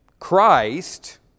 Christ